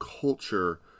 culture